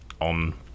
on